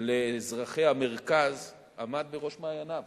לאזרחי המרכז עמד בראש מעייניו.